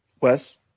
Wes